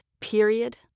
Period